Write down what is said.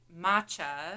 matcha